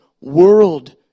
world